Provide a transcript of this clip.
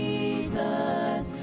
Jesus